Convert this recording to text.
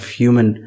human